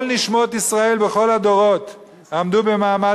כל נשמות ישראל בכל הדורות עמדו במעמד